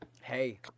Hey